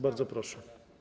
Bardzo proszę.